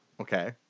Okay